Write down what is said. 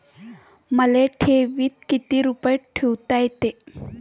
मले ठेवीत किती रुपये ठुता येते?